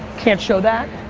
can't show that.